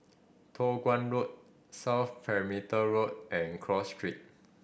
Toh Guan Road South Perimeter Road and Cross Street